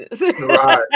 right